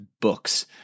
books